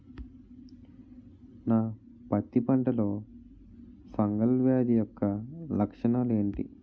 నా పత్తి పంటలో ఫంగల్ వ్యాధి యెక్క లక్షణాలు ఏంటి?